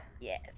Yes